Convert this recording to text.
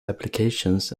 applications